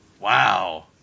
Wow